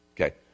Okay